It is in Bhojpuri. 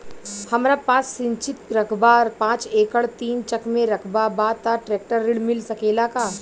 हमरा पास सिंचित रकबा पांच एकड़ तीन चक में रकबा बा त ट्रेक्टर ऋण मिल सकेला का?